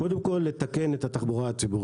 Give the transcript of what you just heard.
קודם כל לתקן את התחבורה הציבורית.